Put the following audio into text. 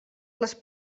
les